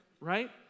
right